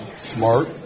Smart